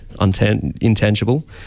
intangible